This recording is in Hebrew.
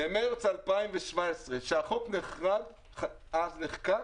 במרץ 2018, כשהחוק נחקק,